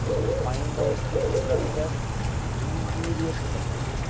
to find out stresses interior to the body.